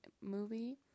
movie